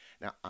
Now